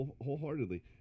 wholeheartedly